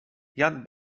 jan